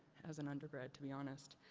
as an undergrad to be honest.